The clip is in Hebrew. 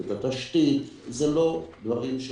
תשתית וכולי.